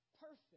perfect